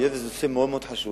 היות שזה נושא מאוד מאוד חשוב,